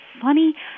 funny